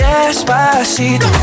Despacito